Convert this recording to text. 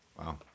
Wow